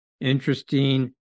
interesting